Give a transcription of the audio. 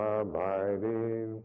abiding